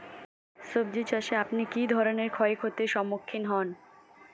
সবজী চাষে আপনি কী ধরনের ক্ষয়ক্ষতির সম্মুক্ষীণ হন?